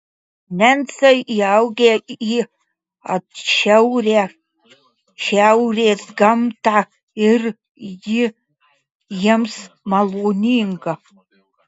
nencai įaugę į atšiaurią šiaurės gamtą ir ji jiems maloninga